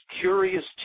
curious